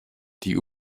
die